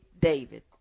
David